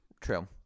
True